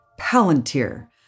Palantir